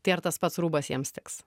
tai ar tas pats rūbas jiems tiks